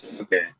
Okay